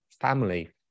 family